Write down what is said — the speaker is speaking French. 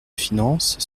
finances